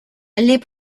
les